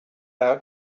out